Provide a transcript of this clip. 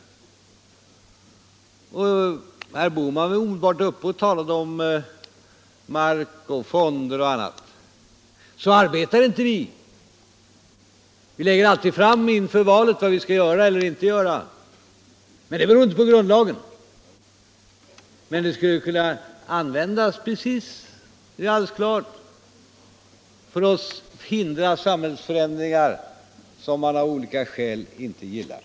Nr 150 Herr Bohman var uppe och talade om mark, fonder och annat. Så arbetar inte vi. Vi lägger alltid inför valen fram vad vi tänker göra och inte göra. Men det beror inte på grundlagen. in R RN Kravet på kvalificerad majoritet skulle alldeles klart kunna användas = Frioch rättigheter i för att förhindra samhällsförändringar som man av olika skäl inte gillar.